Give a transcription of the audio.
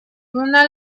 una